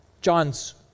John's